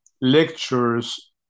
lectures